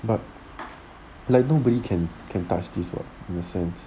but like nobody can can touch this in a sense